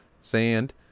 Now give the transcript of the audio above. sand